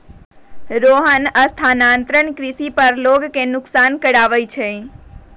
रोहन स्थानांतरण कृषि पर लोग के नुकसान करा हई